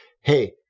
hey